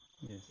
Yes